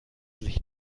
sich